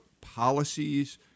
policies